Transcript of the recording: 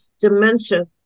dementia